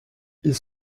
ils